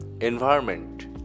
environment